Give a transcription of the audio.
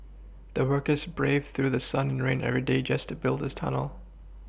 the workers braved through sun and rain every day just to build this tunnel